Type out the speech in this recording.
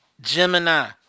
Gemini